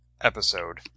episode